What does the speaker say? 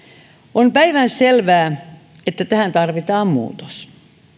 on päivänselvää että tähän tarvitaan muutos